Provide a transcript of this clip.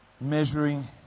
Measuring